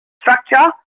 structure